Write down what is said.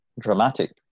dramatic